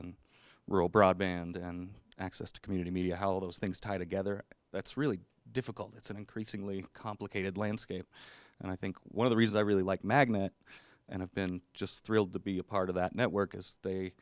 and broadband and access to community media how all those things tie together that's really difficult it's an increasingly complicated landscape and i think one of the reason i really like magnet and i've been just thrilled to be a part of that network is they